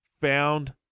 found